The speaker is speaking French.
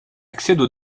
accèdent